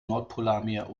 nordpolarmeer